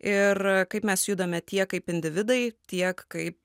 ir kaip mes judame tiek kaip individai tiek kaip